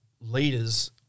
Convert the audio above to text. leaders